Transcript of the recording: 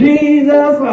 Jesus